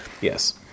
Yes